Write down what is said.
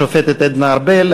השופטת עדנה ארבל,